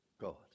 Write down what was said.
God